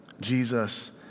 Jesus